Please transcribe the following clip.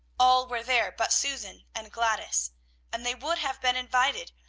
all were there but susan and gladys and they would have been invited,